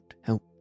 help